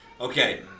Okay